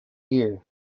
gear